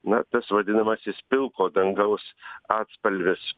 na tas vadinamasis pilko dangaus atspalvis